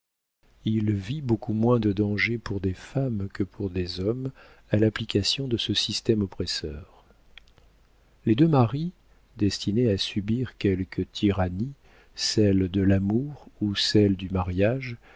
il vit beaucoup moins de danger pour des femmes que pour des hommes à l'application de ce système oppresseur les deux marie destinées à subir quelque tyrannie celle de l'amour ou celle du mariage